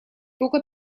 только